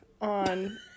on